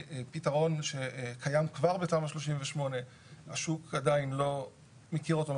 פתרון שקיים כבר בתמ"א 38. השוק עדיין לא מכיר אותו מספיק.